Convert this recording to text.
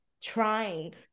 trying